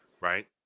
Right